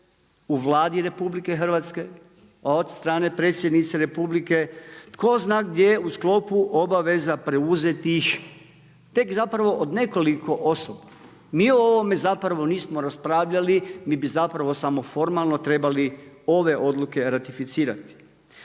u Vladi RH od strane Predsjednice Republike tko zna gdje u sklopu obaveza preuzetih tek zapravo od nekoliko osoba. Mi o ovome zapravo nismo raspravljali. Mi bi zapravo samo formalno trebali ove odluke ratificirati.